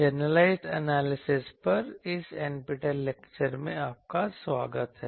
generalised analysis पर इस NPTEL lecture में आपका स्वागत है